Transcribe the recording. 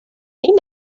این